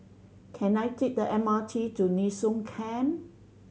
can I take the M R T to Nee Soon Camp